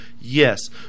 Yes